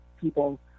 people